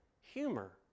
humor